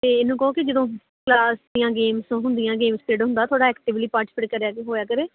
ਅਤੇ ਇਹਨੂੰ ਕਹੋ ਕਿ ਜਦੋਂ ਕਲਾਸ ਦੀਆਂ ਗੇਮਸ ਹੁੰਦੀਆਂ ਗੇਮ ਖੇਡ ਹੁੰਦਾ ਥੋੜ੍ਹਾ ਐਕਟਿਵਲੀ ਪਾਰਟੀਸੀਪੇਟ ਕਰਿਆ ਹੋਇਆ ਕਰੇ